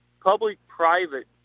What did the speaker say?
public-private